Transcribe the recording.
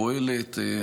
פועלת,